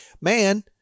man